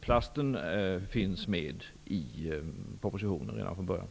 Plasten finns med i propositionen redan från början.